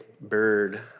bird